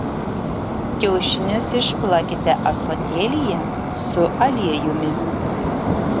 kiaušinius išplakite ąsotėlyje su aliejumi